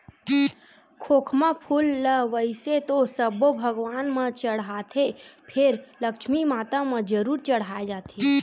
खोखमा फूल ल वइसे तो सब्बो भगवान म चड़हाथे फेर लक्छमी माता म जरूर चड़हाय जाथे